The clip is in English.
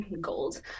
gold